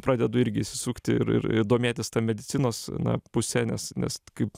pradedu irgi įsisukti ir ir domėtis ta medicinos na puse nes nes kaip